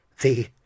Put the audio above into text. The